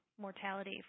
mortality